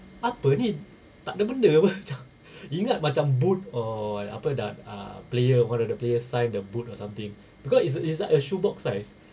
apa ni takde benda apa macam ingat macam boot or apa da~ ah player one of the player sign the boot or something because is is like a shoebox size